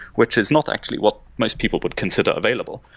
which is not actually what most people would consider available,